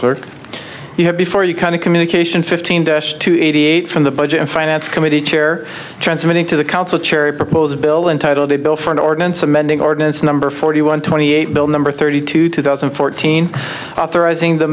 clerk you have before you kind of communication fifteen dash to eighty eight from the budget and finance committee chair transmitting to the council cherry propose a bill entitled a bill for an ordinance amending ordinance number forty one twenty eight bill number thirty two two thousand and fourteen authorizing the